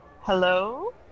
Hello